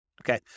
Okay